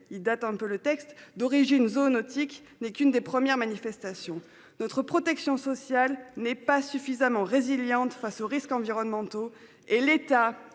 il date un peu le texte d'origine zoonotique n'est qu'une des premières manifestations notre protection sociale n'est pas suffisamment résilientes face aux risques environnementaux et l'État